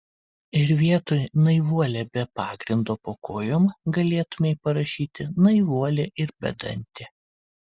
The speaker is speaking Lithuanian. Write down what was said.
ir vietoj naivuolė be pagrindo po kojom galėtumei parašyti naivuolė ir bedantė